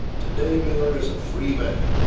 today, miller is a free man.